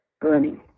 burning